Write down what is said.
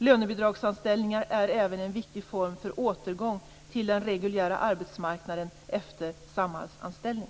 Lönebidragsanställning är även en viktig form för återgång till den reguljära arbetsmarknaden efter Samhallanställning.